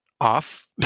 off